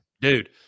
Dude